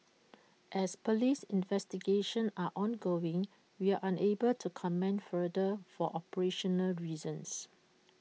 as Police investigations are ongoing we are unable to comment further for operational reasons